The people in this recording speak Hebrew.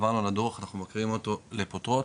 עברנו על הדו"ח, אנחנו מכירים אותו לפרוטרוט